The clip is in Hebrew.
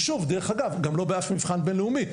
ושוב, דרך אגב, גם לא באף מבחן בין לאומי.